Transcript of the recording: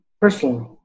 personally